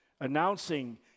announcing